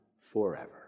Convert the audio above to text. forever